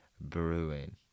brewing